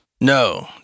No